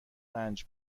رنج